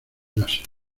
láser